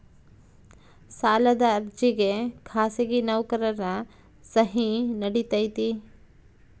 ಸಾಲದ ಅರ್ಜಿಗೆ ಖಾಸಗಿ ನೌಕರರ ಸಹಿ ನಡಿತೈತಿ?